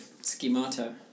schemata